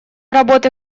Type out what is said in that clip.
работы